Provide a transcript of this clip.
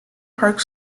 park